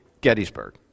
Gettysburg